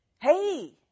Hey